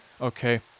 Okay